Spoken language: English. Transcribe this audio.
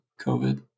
COVID